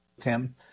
Tim